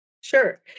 sure